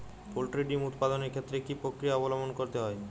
Poultry ডিম উৎপাদনের ক্ষেত্রে কি পক্রিয়া অবলম্বন করতে হয়?